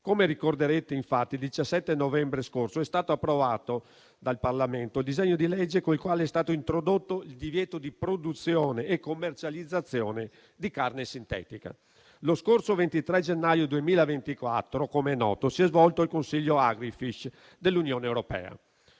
Come ricorderete, infatti, il 17 novembre scorso è stato approvato dal Parlamento il disegno di legge con il quale è stato introdotto il divieto di produzione e commercializzazione di carne sintetica. Lo scorso 23 gennaio 2024 - come è noto - si è svolto il Consiglio agricoltura